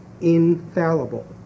Infallible